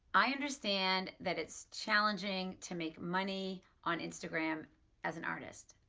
i understand that it's challenging to make money on instagram as an artist,